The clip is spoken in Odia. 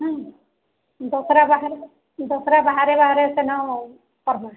ହୁଁ ଦଶହରା ପାଖାପାଖି ଦଶହରା ବାହାରେ ବାହାରେ